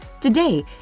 Today